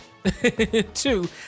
two